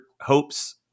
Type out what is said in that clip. hopes